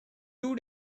two